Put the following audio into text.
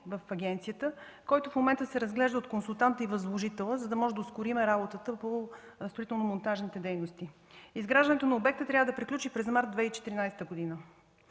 в агенцията, който в момента се разглежда от консултанта и възложителя, за да можем да ускорим работата по строително-монтажните дейности. Изграждането на обекта трябва да приключи през месец март 2014 г.